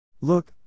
Look